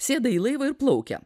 sėda į laivą ir plaukia